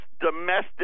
domestic